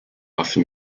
often